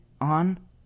on